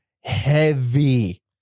heavy